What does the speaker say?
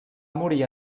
morir